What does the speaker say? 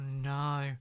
no